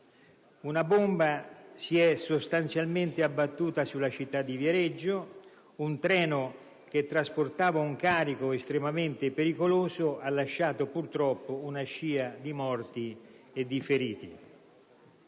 Una bomba si è sostanzialmente abbattuta sulla città di Viareggio. Un treno, che trasportava un carico estremamente pericoloso, ha lasciato purtroppo una scia di morti e di feriti.